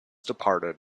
departed